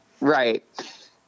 Right